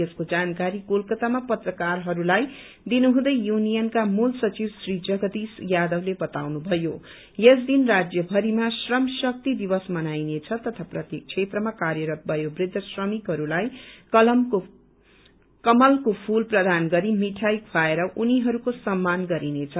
यसको जानकारी कोलकतामा पत्रकारहस्लाई दिनुहुँदै यूनियनका मूल सचिव श्री जगदिश्व यावदले बताउनुभयो यस दिन राज्य भरिमा श्रम शक्ति दिवस मनाइनेछ तथा प्रत्येक क्षेत्रमा कार्यरत वयोवृद्ध श्रमिकहरूलाई कमलको फूल प्रदान गरी मिठाई खुवाएर उनीहरूको सम्मान गरिनेछ